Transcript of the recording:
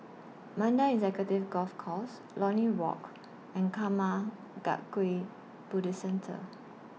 Mandai Executive Golf Course Lornie Walk and Karma Kagyud Buddhist Centre